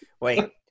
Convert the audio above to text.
wait